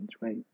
right